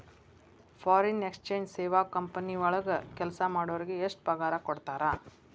Foreign exchange ಸೇವಾ company ವಳಗ್ ಕೆಲ್ಸಾ ಮಾಡೊರಿಗೆ ಎಷ್ಟ್ ಪಗಾರಾ ಕೊಡ್ತಾರ?